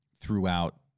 throughout